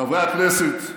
חברי הכנסת,